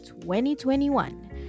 2021